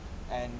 and